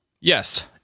Yes